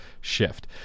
shift